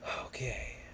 okay